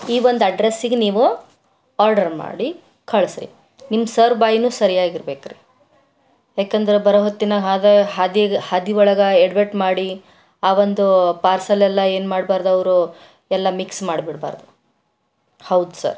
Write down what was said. ಈ ಒಂದು ಅಡ್ರಸ್ಗೆ ನೀವು ಆರ್ಡರ್ ಮಾಡಿ ಕಳಿಸಿ ರಿ ನಿಮ್ಮ ಸರ್ ಬಾಯಿಯೂ ಸರಿಯಾಗಿರಬೇಕು ರಿ ಯಾಕಂದ್ರೆ ಬರೋ ಹೊತ್ತಿನಾಗೆ ಹಾಗೆ ಹಾದಿಗೆ ಹಾದಿ ಒಳಗೆ ಯಡವಟ್ಟು ಮಾಡಿ ಆ ಒಂದು ಪಾರ್ಸೆಲ್ಲೆಲ್ಲ ಏನು ಮಾಡ್ಬಾರ್ದು ಅವರು ಎಲ್ಲ ಮಿಕ್ಸ್ ಮಾಡ್ಬಿಡ್ಬಾರ್ದು ಹೌದು ಸರ್